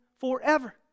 forever